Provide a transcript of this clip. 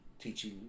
teaching